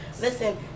listen